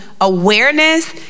Awareness